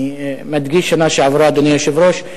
אני מדגיש, שנה שעברה, אדוני היושב-ראש,